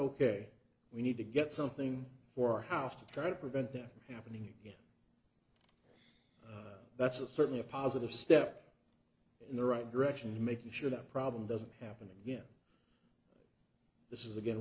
ok we need to get something for our house to try to prevent that from happening again that's certainly a positive step in the right direction and making sure that problem doesn't happen again this is